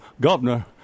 governor